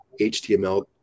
HTML